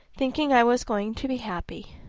thinking i was going to be happy.